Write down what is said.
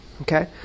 Okay